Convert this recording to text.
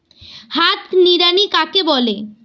হাত নিড়ানি কাকে বলে?